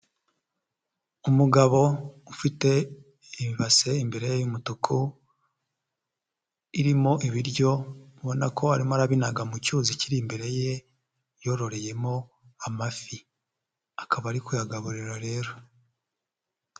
Umugabo ufite ibase imbere ye y'umutuku irimo ibiryo ubona ko arimo arabinaga mu cyuzi kiri imbere ye yororeyemo amafi, akaba ari kuyagaburira rero.